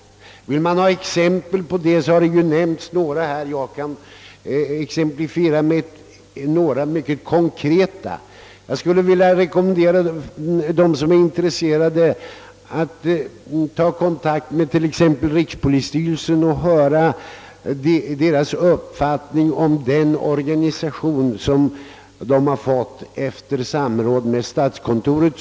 Vill man ha exempel på detta har en del redan nämnts här, och jag kan ge några mycket konkreta. Jag skulle vilja rekommendera dem som är intresserade att ta kontakt med förslagsvis rikspolisstyrelsen och höra dess uppfattning om den arbetsuppläggning och organisation som den har genomfört efter samråd med statskontoret.